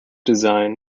design